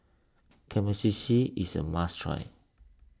Kamameshi is a must try